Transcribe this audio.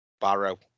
Barrow